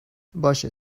باشه